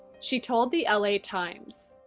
she told the l a. times,